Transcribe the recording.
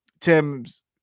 Tim's